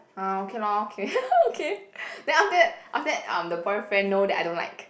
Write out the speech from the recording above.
ah okay lor okay okay then after that after that um the boyfriend know that I don't like